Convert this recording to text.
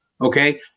okay